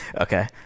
okay